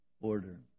order